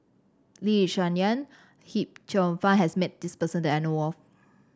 Lee Yi Shyan Hip Cheong Fun has met this person that I know of